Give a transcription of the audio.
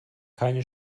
keine